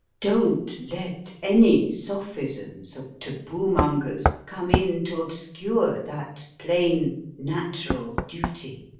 don't let any sophisms of taboo-mongers come in to obscure that plain natural duty.